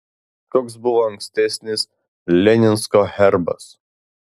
koks buvo ankstesnis leninsko herbas